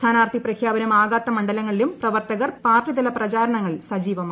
സ്ഥാനാർത്ഥി പ്രഖ്യാപനം ആകാത്ത മണ്ഡലങ്ങളിലും പ്രവർത്തകർ പാർട്ടിതല പ്രചാരണങ്ങളിൽ സജീവമായി